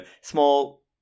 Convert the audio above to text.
small